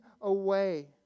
away